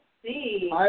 see